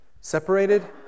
separated